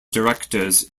directors